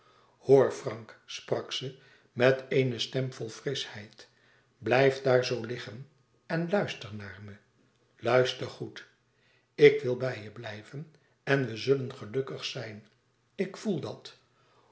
hoor frank sprak ze met eene stem vol frischheid blijf daar zoo liggen en luister naar me luister goed ik wil bij je blijven en we zullen gelukkig zijn ik voel dat